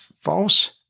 false